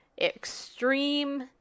extreme